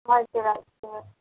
हजुर हजुर हजुर